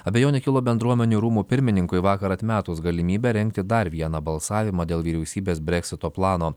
abejonių kilo bendruomenių rūmų pirmininkui vakar atmetus galimybę rengti dar vieną balsavimą dėl vyriausybės breksito plano